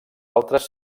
altres